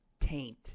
taint